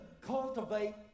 cultivate